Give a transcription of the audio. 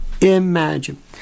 imagine